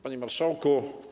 Panie Marszałku!